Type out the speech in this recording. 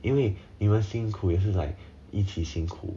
因为你们辛苦也是在一起辛苦